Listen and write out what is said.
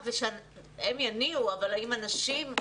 יש עובדים רבים במערכת ההיקפית אנשי סאונד,